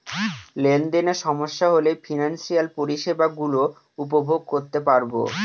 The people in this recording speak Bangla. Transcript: লেনদেনে সমস্যা হলে ফিনান্সিয়াল পরিষেবা গুলো উপভোগ করতে পারবো